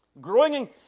Growing